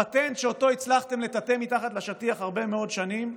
הפטנט שאותו הצלחתם לטאטא מתחת לשטיח הרבה מאוד שנים,